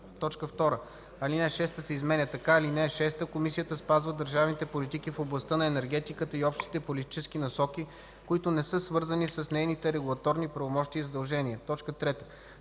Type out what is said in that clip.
2. Алинея 6 се изменя така: „(6) Комисията спазва държавните политики в областта на енергетиката и общите политически насоки, които не са свързани с нейните регулаторни правомощия и задължения.” 3.